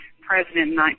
president